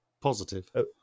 Positive